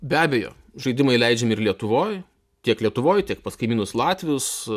be abejo žaidimai leidžiami ir lietuvoj tiek lietuvoj tiek pas kaimynus latvius